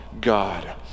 God